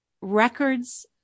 records